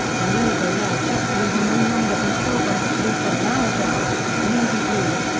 the logo word jetblue will no longer be silver and blue but now a dark, navy blue.